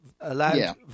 Allowed